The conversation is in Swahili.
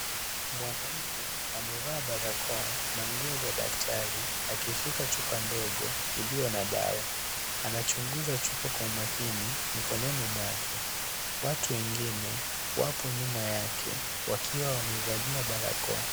Mwanaume amevaa barakoa na nguo za daktari akishika chupa ndogo iliyo na dawa. Anachunguza chupa kwa umakini mikononi mwake. Watu wengine wapo nyuma yake wakiwa wamevalia barakoa.